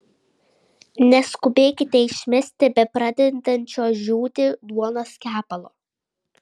neskubėkite išmesti bepradedančio džiūti duonos kepalo